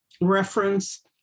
reference